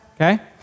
Okay